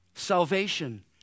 salvation